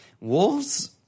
Wolves